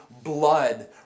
blood